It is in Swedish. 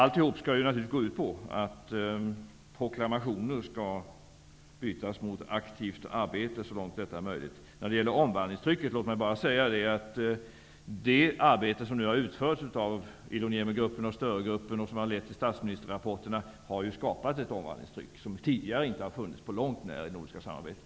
Alltihop skall naturligtvis gå ut på att proklamationer skall bytas mot aktivt arbete, så långt detta är möjligt. När det gäller omvandlingstrycket vill jag bara säga att det arbete som nu har utförts av Iloniemigruppen och Störegruppen och som har lett till statsministerrapporterna har ju skapat ett omvandlingstryck som tidigare inte har funnits på långt när i det nordiska samarbetet.